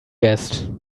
guest